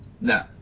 no